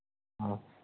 ಹಾಂ